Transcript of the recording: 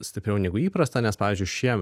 stipriau negu įprasta nes pavyzdžiui šie